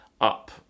up